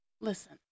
Listen